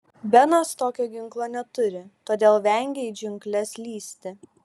benas tokio ginklo neturi todėl vengia į džiungles lįsti